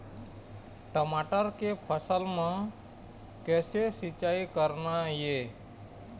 टमाटर के फसल म किसे सिचाई करना ये?